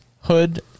hood